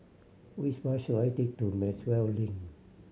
which bus should I take to Maxwell Link